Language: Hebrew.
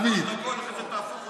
ואחרי זה תהפוך אותו.